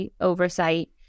oversight